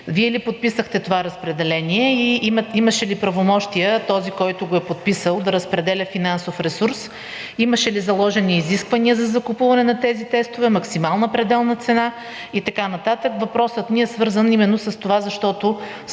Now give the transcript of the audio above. Вие ли подписахте това разпределение и имаше ли правомощия този, който го е подписал, да разпределя финансов ресурс; имаше ли заложени изисквания за закупуване на тези тестове, максимална пределна цена и така нататък? Въпросът ми е свързан именно с това, защото